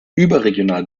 überregional